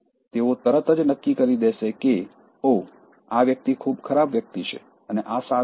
તેઓ તરત જ નક્કી કરી દેશે કે ઓહ આ વ્યક્તિ ખરાબ વ્યક્તિ છે અને આ સારું છે